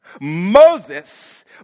Moses